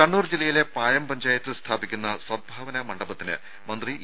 ദേഴ കണ്ണൂർ ജില്ലയിലെ പായം പഞ്ചായത്തിൽ സ്ഥാപിക്കുന്ന സദ്ഭാവന മണ്ഡപത്തിന് മന്ത്രി ഇ